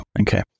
Okay